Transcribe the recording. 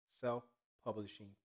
self-publishing